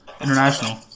international